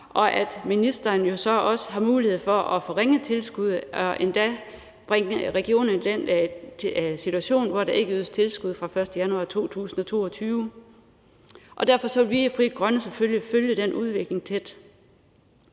og at ministeren jo så også har mulighed for at forringe tilskuddene og endda bringe regionerne i den situation, at der ikke ydes tilskud fra 1. januar 2022. Derfor vil vi i Frie Grønne selvfølgelig følge den udvikling tæt.